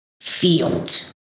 field